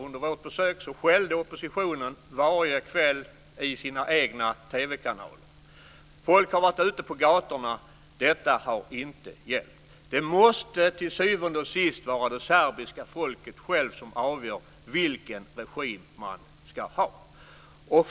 Under vårt besök skällde oppositionen varje kväll i sina egna TV-kanaler. Folk har varit ute på gatorna. Det har inte hjälpt. Det måste till syvende och sist vara det serbiska folket självt som avgör vilken regim man vill ha.